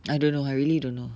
I don't know I really don't know